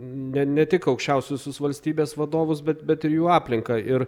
ne ne tik aukščiausiuosius valstybės vadovus bet bet ir jų aplinką ir